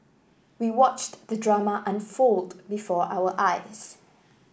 we watched the drama unfold before our eyes